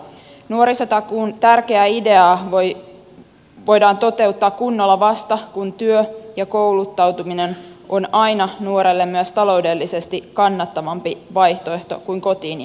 nuorisotakuun tärkeää ideaa voidaan toteuttaa kunnolla vasta kun työ ja kouluttautuminen on aina nuorelle myös taloudellisesti kannattavampi vaihtoehto kuin kotiin jääminen